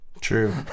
True